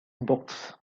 books